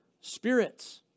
spirits